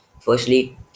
Firstly